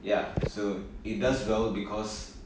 ya so it does well because